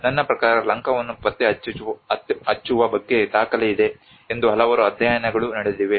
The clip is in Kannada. ನನ್ನ ಪ್ರಕಾರ ಲಂಕಾವನ್ನು ಪತ್ತೆ ಹಚ್ಚುವ ಬಗ್ಗೆ ದಾಖಲೆ ಇದೆ ಎಂದು ಹಲವಾರು ಅಧ್ಯಯನಗಳು ನಡೆದಿವೆ